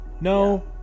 No